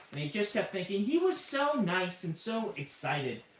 and he just kept thinking, he was so nice and so excited.